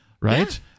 right